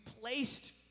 placed